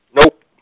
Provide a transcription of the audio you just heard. Nope